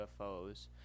UFOs